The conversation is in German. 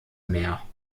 mehr